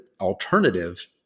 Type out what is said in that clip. alternative